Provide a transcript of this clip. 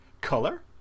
color